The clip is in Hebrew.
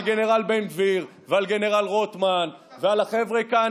על גנרל בן גביר ועל גנרל רוטמן ועל החבר'ה כאן